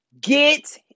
Get